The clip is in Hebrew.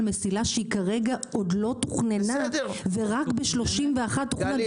מסילה שעוד לא תוכננה ורק ב-31' תוכן,